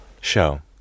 show